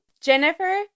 Jennifer